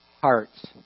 hearts